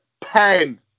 pen